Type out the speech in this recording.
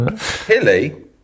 Hilly